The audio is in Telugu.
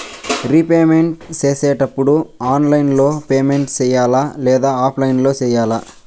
రీపేమెంట్ సేసేటప్పుడు ఆన్లైన్ లో పేమెంట్ సేయాలా లేదా ఆఫ్లైన్ లో సేయాలా